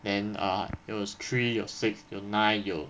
then ah it was three or six 有 nine 有